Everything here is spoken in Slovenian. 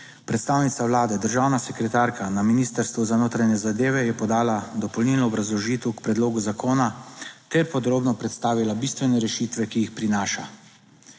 Predstavnica Vlade, državna sekretarka na Ministrstvu za notranje zadeve je podala dopolnilno obrazložitev k predlogu zakona, ter podrobno predstavila bistvene rešitve, ki jih prinaša.